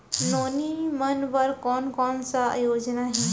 नोनी मन बर कोन कोन स योजना हे?